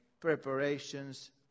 preparations